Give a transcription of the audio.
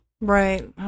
Right